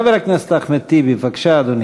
חבר הכנסת אחמד טיבי, בבקשה, אדוני.